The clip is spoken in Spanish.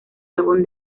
álbum